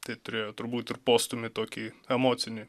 tai turėjo turbūt ir postūmį tokį emocinį